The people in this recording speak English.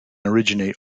originate